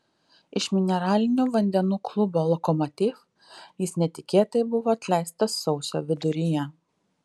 iš mineralinių vandenų klubo lokomotiv jis netikėtai buvo atleistas sausio viduryje